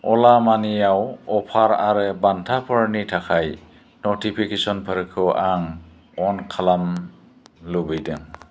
अला मानिआव अफार आरो बान्थाफोरनि थाखाय नटिफिकेस'नफोरखौ आं अन खालामनो लुबैदों